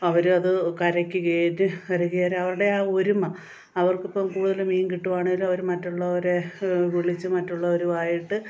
അവരത് കരക്കു കയറ്റി കരക്കു കയറ്റ അവരുടെ ആ ഒരുമ അവർക്കിപ്പം കൂടുതൽ മീൻ കിട്ടുകയാണേൽ അവർ മറ്റുള്ളവരെ വിളിച്ചു മറ്റുള്ളവരുമായിട്ട്